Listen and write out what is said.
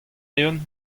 eeun